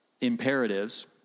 imperatives